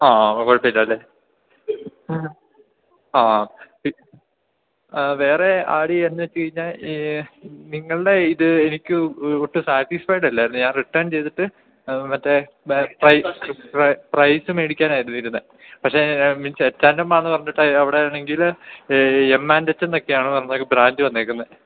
ആ കുഴപ്പം ഇല്ലല്ലേ ആ വേറെ ആടി എന്ന് വെച്ച് കഴിഞ്ഞാൽ നിങ്ങളുടെ ഇത് എനിക്ക് ഒട്ടും സാറ്റിസ്ഫൈഡ് അല്ലായിരുന്നു ഞാൻ റിട്ടേൺ ചെയ്തിട്ട് മറ്റേ പ്രൈസ് വേടിക്കാനായിരുന്നു ഇരുന്നത് പക്ഷെ മീൻസ് എച്ച് ആൻഡ് എം ആണെന്ന് പറഞ്ഞിട്ട് അവിടെയാണെങ്കിൽ എം ആൻഡ് എച്ച് എന്നൊക്കെയാണ് പറഞ്ഞ ബ്രാൻഡ് വന്നേക്കുന്നത്